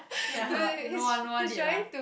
ya but no one no one did lah